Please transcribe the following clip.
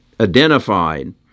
identified